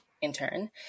intern